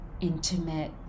intimate